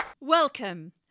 Welcome